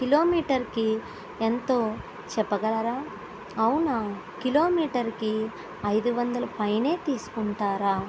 కిలోమీటర్కి ఎంతో చెప్పగలరా అవునా కిలోమీటర్కి ఐదు వందల పైనే తీసుకుంటారా